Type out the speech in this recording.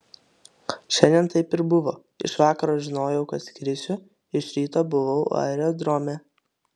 šiandien taip ir buvo iš vakaro žinojau kad skrisiu iš ryto buvau aerodrome